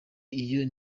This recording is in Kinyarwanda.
iyo